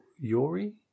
Yuri